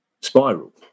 spiral